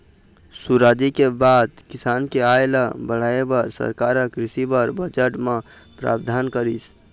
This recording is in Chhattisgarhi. सुराजी के बाद किसान के आय ल बढ़ाय बर सरकार ह कृषि बर बजट म प्रावधान करिस